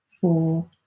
four